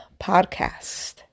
podcast